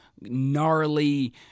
gnarly